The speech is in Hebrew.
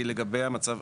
היא לגבי המצב,